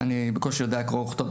בקושי אני יודע קרוא וכתוב,